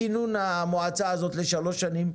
מכינון המועצה הזאת לשלוש שנים,